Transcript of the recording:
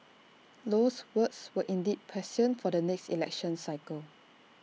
Low's words were indeed prescient for the next election cycle